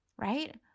right